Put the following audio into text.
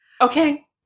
Okay